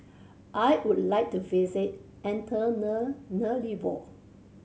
I would like to visit Antananarivo